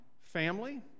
family